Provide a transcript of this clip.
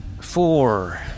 Four